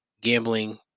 gambling